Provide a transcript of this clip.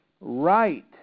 right